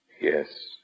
Yes